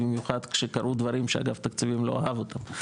במיוחד שקרו דברים שאגף תקציבים לא אהב אותם.